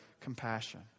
compassion